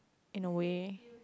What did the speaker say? in a way